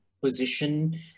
position